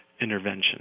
intervention